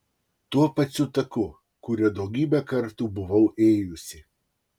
tuo pačiu taku kuriuo daugybę kartų buvau ėjusi